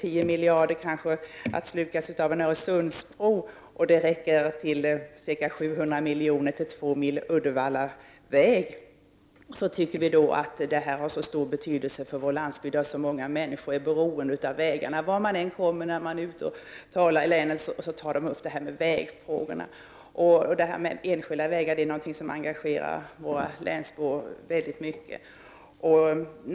10 miljarder skall slukas av en Öresundsbro, och 700 milj.kr. räcker till två mil Uddevallaväg. Dessa enskilda vägar har stor betydelse för vår landsbygd där så många människor är beroende av vägarna. Vart man än kommer när man är ute i länet och talar så diskuterar människor vägfrågorna. Enskilda vägar är ett ämne som engagerar våra länsbor mycket.